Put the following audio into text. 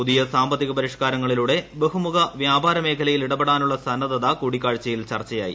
പുതിയ സാമ്പത്തിക പരിഷ്ക്കാരങ്ങളിലൂടെ ബഹുമുഖ വ്യാപാര മേഖലയിൽ ഇടപെടാനുള്ള സന്നദ്ധത കൂടിക്കാഴ്ചയിൽ ചർച്ചയായി